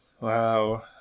wow